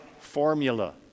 formula